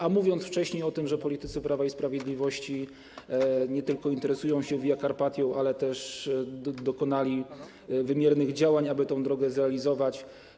A mówiłem wcześniej o tym, że politycy Prawa i Sprawiedliwości nie tylko interesują się Via Carpatią, ale też dokonali wymiernych działań, aby tę drogę zrealizować.